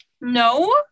no